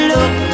Look